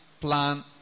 plan